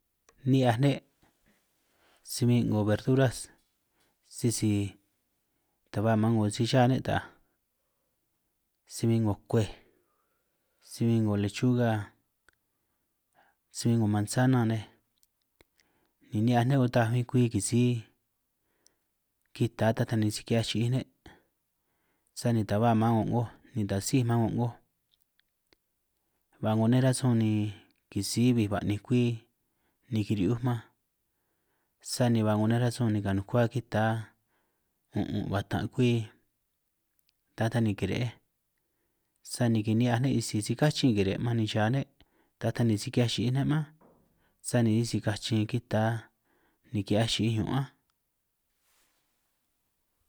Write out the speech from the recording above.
Ni'hiaj ne'si bin 'ngo verduras sisi taj ba ma'an 'ngo si cha ne', ta'aj si bin 'ngo kuej si bin 'ngo lechuga si bin 'ngo mansana nej, ni ni'hiaj undaj bin kwi kisi kita ta taj ni si ki'hiaj chi'ij ne', sani ta ba ma'an 'ngo'goj ni taj sij ma'an go'ngoj ba 'ngo nej rasun ni kisi bij ba'nij kwui, ni kiri'hiuj man sani ba 'ngo nej rasun ni kanukua kita un'un' batan' kwui ta taj ni kiri'ej, sani kini'hiaj ne' sisi si kachin kire'ej man, ni cha' ne' ta taj ni si ki'hiaj chi'ij ne' mánj, sani sisi kachin kita ni ki'hiaj chi'ij ñun' áj.